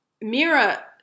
Mira